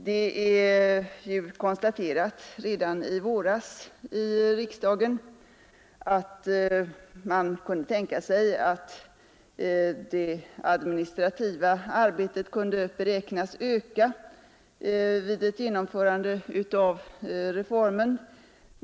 Det konstaterades ju redan i våras i riksdagen att man kunde tänka sig att det administrativa arbetet kunde beräknas öka vid ett genomförande av reformen.